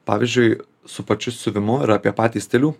pavyzdžiui su pačiu siuvimu ir apie patį stilių